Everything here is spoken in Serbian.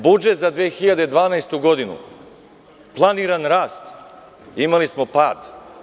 Budžet za 2012. godinu, planiran rast, imali smo pad.